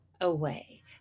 away